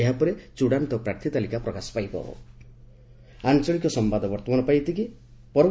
ଏହାପରେ ଚୂଡାନ୍ତ ପ୍ରାର୍ଥୀ ତାଲିକା ପ୍ରକାଶ ପାଇବ